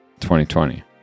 2020